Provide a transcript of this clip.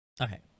Okay